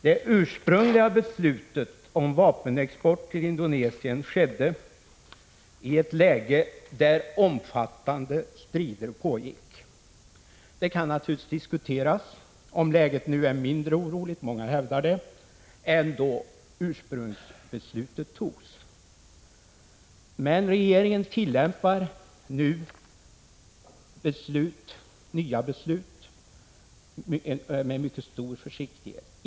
Det ursprungliga beslutet om vapenexport till Indonesien skedde i ett läge då omfattande strider pågick. Det kan naturligtvis diskuteras om läget nu är mindre oroligt — många hävdar det — än då det ursprungliga beslutet togs. Regeringen fattar nu nya beslut med mycket stor försiktighet.